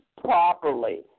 properly